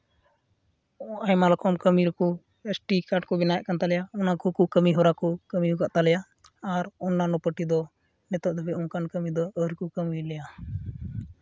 ᱟᱭᱢᱟ ᱨᱚᱠᱚᱢ ᱠᱟᱹᱢᱤ ᱨᱮᱠᱚ ᱮᱥᱴᱤ ᱠᱟᱨᱰ ᱠᱚᱠᱚ ᱵᱮᱱᱟᱣᱮᱫ ᱠᱟᱱ ᱛᱟᱞᱮᱭᱟ ᱚᱱᱟ ᱠᱚᱠᱚ ᱠᱟᱹᱢᱤᱦᱚᱨᱟ ᱠᱚ ᱠᱟᱹᱢᱤᱣ ᱠᱟᱫ ᱛᱟᱞᱮᱭᱟ ᱟᱨ ᱚᱱᱱᱟᱱᱚ ᱯᱟᱹᱴᱤ ᱫᱚ ᱱᱤᱛᱳᱜ ᱫᱷᱟᱹᱵᱤᱡ ᱫᱚ ᱚᱱᱠᱟᱱ ᱠᱟᱹᱢᱤ ᱫᱚ ᱟᱹᱣᱨᱤ ᱠᱚ ᱠᱟᱹᱢᱤᱭᱟᱞᱮᱭᱟ